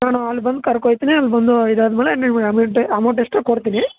ನಾನು ಅಲ್ಲಿ ಬಂದು ಕರ್ಕೊಯ್ತೀನಿ ಅಲ್ಲಿ ಬಂದು ಇದು ಆದ ಮೇಲೆ ನೀವು ಅಮೌಂಟೆ ಅಮೌಂಟ್ ಎಷ್ಟೋ ಕೊಡ್ತೀನಿ